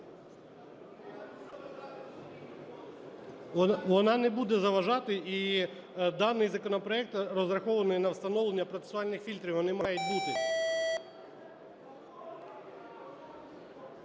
Вона не буде заважати і даний законопроект розрахований на встановлення процесуальних фільтрів, вони мають бути.